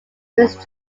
prince